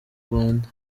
rwanda